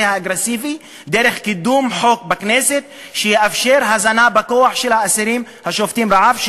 האגרסיבי דרך קידום חוק בכנסת שיאפשר הזנה בכוח של האסירים השובתים רעב,